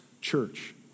church